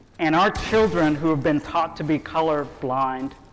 and our children who have been taught to be color-blind